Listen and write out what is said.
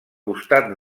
costat